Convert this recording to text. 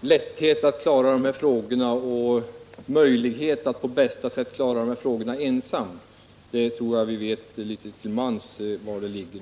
lätthet för och möjlighet till att ensamt kunna klara dessa frågor. Litet till mans vet vi nog vilken kår jag menar.